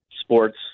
sports